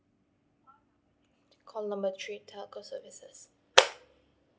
call number three telco services